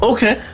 Okay